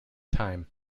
time